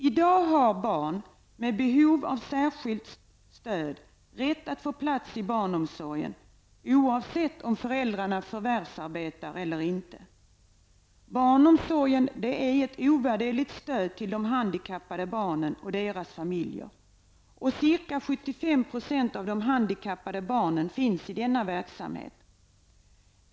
I dag har barn med behov av särskilt stöd rätt att få plats i barnomsorgen oavsett om föräldrarna förvärvsarbetar eller inte. Barnomsorgen utgör ett ovärderligt stöd till handikappade barn och deras familjer. Ca 75 % av de handikappade barnen finns i denna verksamhet.